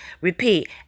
Repeat